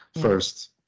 first